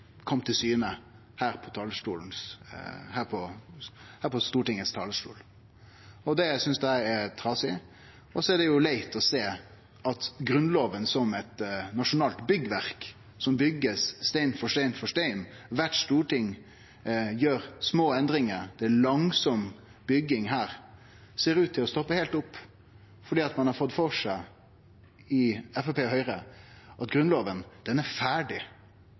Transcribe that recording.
kom til syne her på talarstolen i Stortinget. Det synest eg er trasig. Det er også leit å sjå at Grunnlova som eit nasjonalt byggverk som blir bygd stein for stein for stein – kvart storting gjer små endringar, det er langsam bygging som skjer her – ser ut til å stoppe heilt opp, fordi ein i Framstegspartiet og Høgre har fått det for seg at Grunnlova no er heilt ferdig.